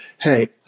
hey